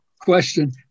question